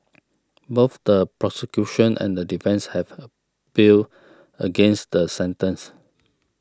both the prosecution and the defence have appealed against the sentence